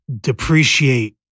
depreciate